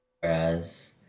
Whereas